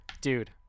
dude